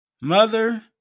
mother